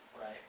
right